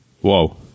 Whoa